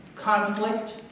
Conflict